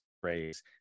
phrase